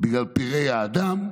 בגלל פראי האדם.